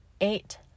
eight